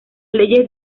leyes